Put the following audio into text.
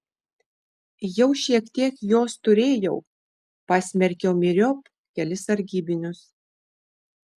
jau šiek tiek jos turėjau pasmerkiau myriop kelis sargybinius